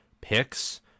picks